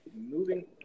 moving